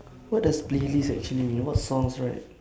what does playlist actually mean what songs right